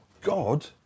God